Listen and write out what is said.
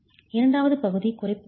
இரண்டாவது பகுதி குறைப்பு காரணி